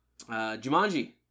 jumanji